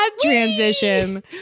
transition